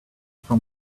from